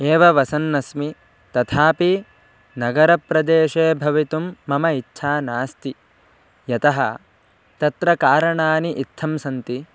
एव वसन्नस्मि तथापि नगरप्रदेशे भवितुं मम इच्छा नास्ति यतः तत्र कारणानि इत्थं सन्ति